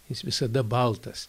jis visada baltas